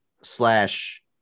slash